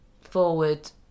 forward